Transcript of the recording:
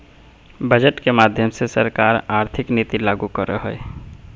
budget के माध्यम से सरकार आर्थिक नीति लागू करो हय